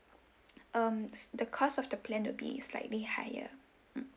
um the cost of the plan will be slightly higher mm